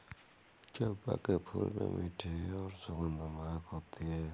चंपा के फूलों में मीठी और सुखद महक होती है